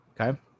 Okay